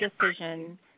decision